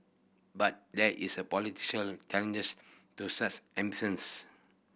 but there is a political challenges to such ambitions